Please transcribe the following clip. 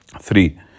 Three